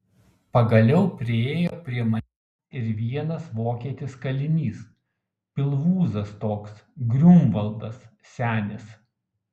pagaliau priėjo prie manęs ir vienas vokietis kalinys pilvūzas toks griunvaldas senis